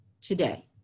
today